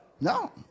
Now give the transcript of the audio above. No